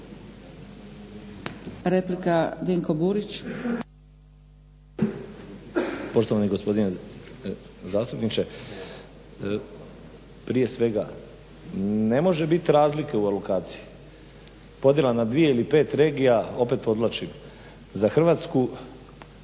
**Burić, Dinko (HDSSB)** Poštovani gospodine zastupniče, prije svega ne može bit razlike u alokaciji. Podjela na dvije ili pet regija opet podvlačim za Hrvatsku